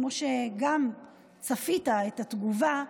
כמו שגם צפית את התגובה,